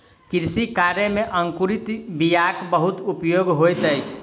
कृषि कार्य में अंकुरित बीयाक बहुत उपयोग होइत अछि